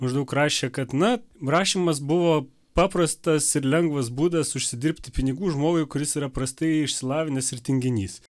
maždaug rašė kad na rašymas buvo paprastas ir lengvas būdas užsidirbti pinigų žmogui kuris yra prastai išsilavinęs ir tinginys